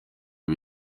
ubu